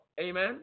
Amen